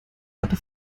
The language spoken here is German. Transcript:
hatte